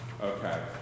Okay